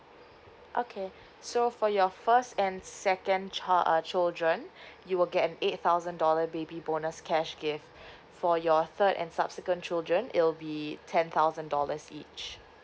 okay so for your first and second child uh children you will get an eight thousand dollar baby bonus cash gift for your third and subsequent children it will be ten thousand dollars each